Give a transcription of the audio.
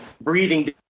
breathing